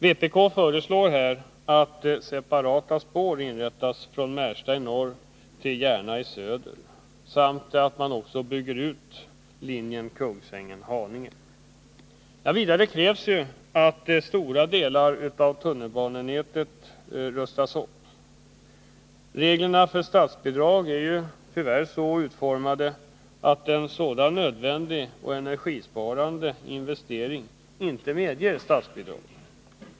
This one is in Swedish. Vpk föreslår att separata spår anläggs från Märsta i norr till Järna i söder samt att utbyggnaden på linjen Kungsängen-Haninge verkställs. Vidare krävs en upprustning av stora delar av tunnelbanenätet. Reglerna för statsbidrag är tyvärr så utformade att det för en sådan nödvändig och energisparande investering inte medges statsbidrag.